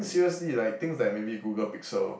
seriously like things that maybe Google Pixel